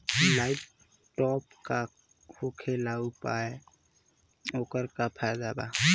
Light trap का होखेला आउर ओकर का फाइदा बा?